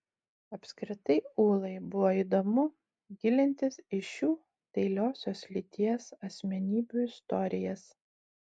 apskritai ūlai buvo įdomu gilintis į šių dailiosios lyties asmenybių istorijas